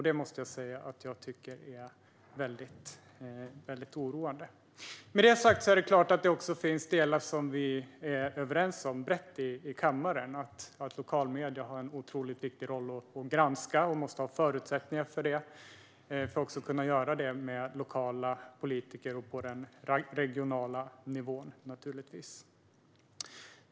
Det måste jag säga att jag tycker är väldigt oroande. Med detta sagt är det klart att det också finns delar som vi är överens om brett i kammaren, till exempel att lokalmedierna har en otroligt viktig granskande roll och måste ha förutsättningar att utöva denna roll med lokala politiker och på den regionala nivån.